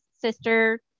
sister